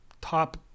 top